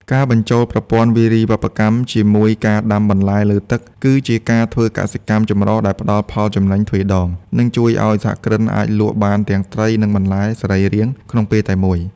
ការបញ្ចូលប្រព័ន្ធវារីវប្បកម្មជាមួយការដាំបន្លែលើទឹក គឺជាការធ្វើកសិកម្មចម្រុះដែលផ្ដល់ផលចំណេញទ្វេដង និងជួយឱ្យសហគ្រិនអាចលក់បានទាំងត្រី និងបន្លែសរីរាង្គក្នុងពេលតែមួយ។